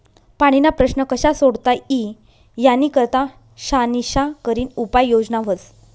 पाणीना प्रश्न कशा सोडता ई यानी करता शानिशा करीन उपाय योजना व्हस